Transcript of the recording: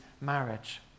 marriage